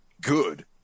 good